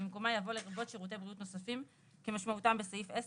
ובמקומה יבוא "לרבות שרותי בריאות נוספים כמשמעותם בסעיף 10